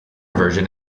version